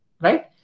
right